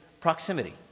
proximity